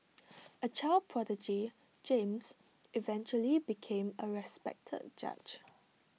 A child prodigy James eventually became A respected judge